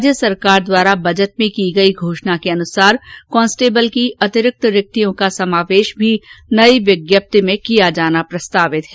राज्य सरकार द्वारा बजट में की गई घोषणा के अनुसार कांस्टेबल की अतिरिक्त रिक्तियों का समावेश भी नई विज्ञप्ति में किया जाना प्रस्तावित है